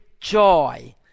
joy